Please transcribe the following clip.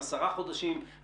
עשרה חודשים,